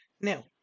Now